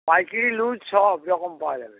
পাইকারি লুজ সবরকম পাওয়া যাবে